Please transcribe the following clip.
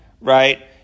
right